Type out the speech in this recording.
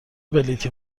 بلیطی